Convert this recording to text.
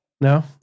No